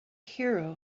hero